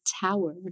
tower